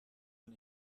man